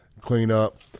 cleanup